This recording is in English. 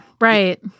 Right